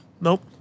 Nope